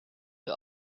die